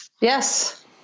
Yes